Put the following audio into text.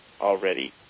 already